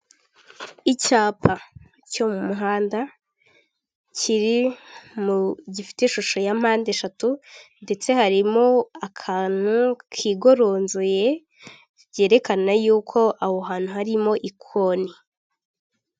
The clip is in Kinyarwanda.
Icyapa cyo mu muhanda kiri mu gifite ishusho ya mpande eshatu ndetse harimo akantu kigoronzoye kerekana yuko aho hantu harimo ikoni.